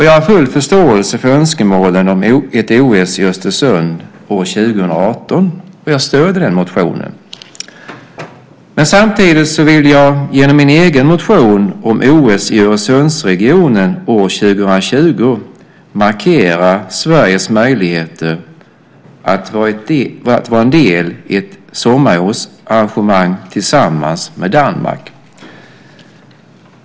Jag har full förståelse för önskemålen om ett OS i Östersund år 2018, och jag stöder den motionen. Samtidigt vill jag genom min egen motion om OS i Öresundsregionen år 2020 markera Sveriges möjligheter att vara en del i ett sommar-OS-arrangemang tillsammans med Danmark.